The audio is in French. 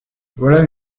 voilà